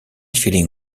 feeling